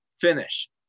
finish